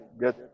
get